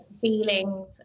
feelings